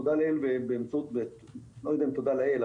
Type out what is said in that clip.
תודה לאל אני לא יודע אם תודה לאל,